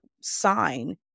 sign